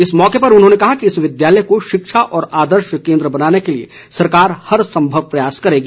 इस मौके उन्होंने कहा कि इस विद्यालय को शिक्षा का आदर्श केन्द्र बनाने के लिए सरकार हरसंभव प्रयास करेगी